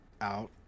out